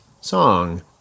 song